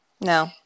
No